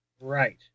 Right